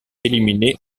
éliminé